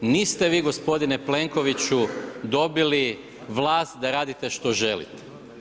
Niste vi gospodine Plenkoviću dobili vlast da radite što želite.